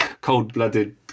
cold-blooded